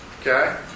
Okay